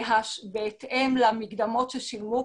בהתאם למקדמות ששילמו,